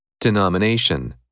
Denomination